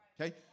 Okay